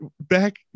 back